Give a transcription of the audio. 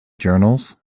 journals